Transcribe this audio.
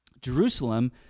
Jerusalem